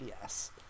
yes